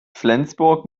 flensburg